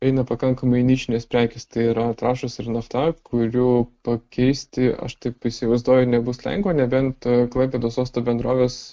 eina pakankamai nišinės prekės tai yra trąšos ir nafta kurių pakeisti aš taip įsivaizduoju nebus lengva nebent klaipėdos uosto bendrovės